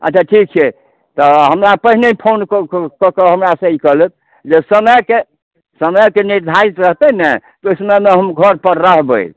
अच्छा ठीक छै तऽ हमरा पहिने फोन कऽ कऽ कऽ कऽ हमरा से ई कऽ लेब समयके समयके निर्धारित रहतैक नहिओहि समयमे हम घरपर रहबै